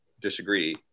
disagree